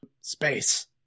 Space